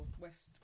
West